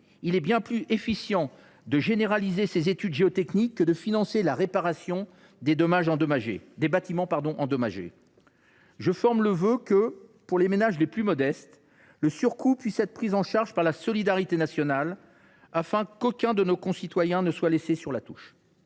Il est bien plus efficient de généraliser ces études géotechniques que de financer la réparation des bâtiments endommagés. Je forme le vœu que, pour les ménages les plus modestes, le surcoût puisse être pris en charge par la solidarité nationale, afin qu’aucun de nos concitoyens ne reste sur la touche.